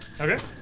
Okay